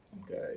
okay